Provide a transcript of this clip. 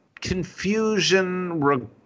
confusion